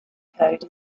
code